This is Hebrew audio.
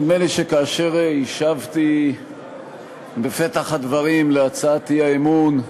נדמה לי שכאשר השבתי בפתח הדברים על הצעת האי-אמון,